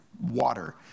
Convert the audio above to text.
water